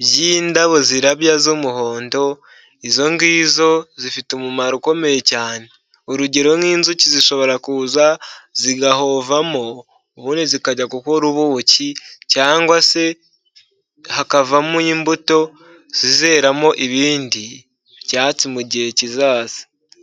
by'indabo zirabya z'umuhondo izo ngizo zifite umumaro ukomeye cyane, urugero nk'inzuki zishobora kuza zigahovamo ubundi zikajya gu gukora ubuki cyangwa se hakavamo imbuto zizeramo ibindi byatsi mu gihe kizaza.